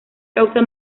causa